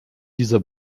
dieser